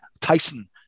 Tyson